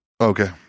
Okay